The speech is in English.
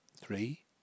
three